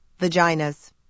vaginas